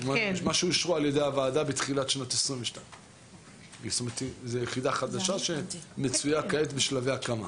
מה שאושרו על ידי הוועדה בתחילת שנת 2022. זה יחידה חדשה שמצויה כעת בשלבי הקמה.